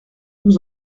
nous